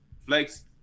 Flex